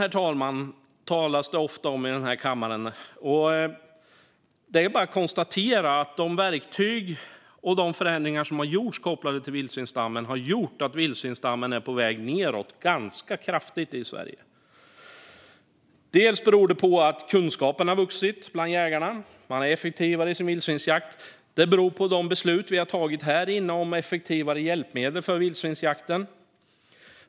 Vildsvinen talas det ofta om i denna kammare. Det är bara att konstatera att de verktyg som införts och de förändringar som gjorts kopplat till vildsvinsstammen har gjort att denna är på väg nedåt ganska kraftigt i Sverige. Delvis beror det på att kunskapen har vuxit bland jägarna. Man är effektivare i sin vildsvinsjakt. Det beror även på de beslut vi tagit här i riksdagen om effektivare hjälpmedel för vildsvinsjakten.